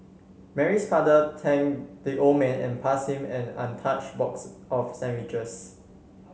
Mary's father thanked the old man and pass him an untouch box of sandwiches